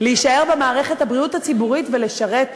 להישאר במערכת הבריאות הציבורית ולשרת